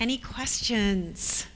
any question